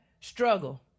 struggle